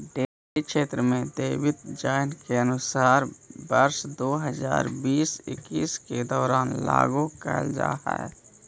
dairy क्षेत्र में देवित जाइत इ अनुदान के वर्ष दो हज़ार बीस इक्कीस के दौरान लागू कैल जाइत हइ